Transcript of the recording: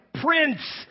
prince